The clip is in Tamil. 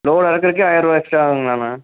லோட் இறக்குறக்கே ஆயிரம் ரூபா எக்ஸ்ட்ரா ஆகுங்களாண்ணா